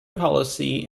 policy